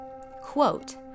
quote